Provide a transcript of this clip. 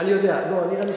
אני יודע, אני יודע.